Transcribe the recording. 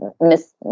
miss